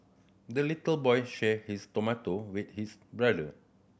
the little boy shared his tomato with his brother